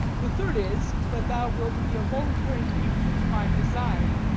the third is that thou wilt be a voluntary mute to my design.